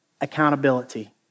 accountability